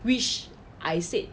which I said